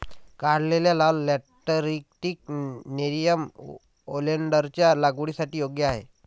काढलेले लाल lateritic nerium ओलेन्डरच्या लागवडीसाठी योग्य आहे